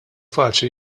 faċli